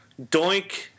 Doink